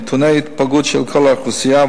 נתוני היפגעות של כל האוכלוסייה,